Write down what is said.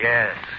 Yes